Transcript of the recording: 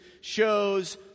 shows